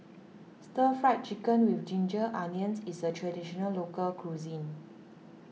Stir Fry Chicken with Ginger Onions is a Traditional Local Cuisine